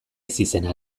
ezizena